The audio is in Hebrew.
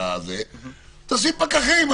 תשים פקחים.